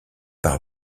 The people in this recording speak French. par